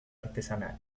artesanal